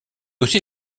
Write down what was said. aussi